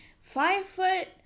five-foot